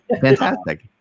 Fantastic